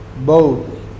boldly